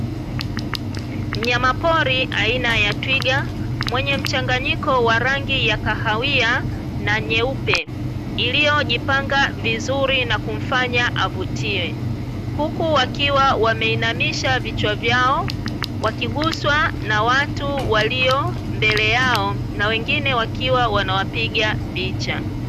Mnyama pori aina ya twiga, mwenye mchanganyiko wa rangi ya kahawia na nyeupe, iliyojipanga vizuri na kumfanya avutie. Huku wakiwa wameinamisha vichwa vyao, wakiguswa na watu walio mbele yao, na wengine wakiwa wanawapiga picha.